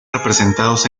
representados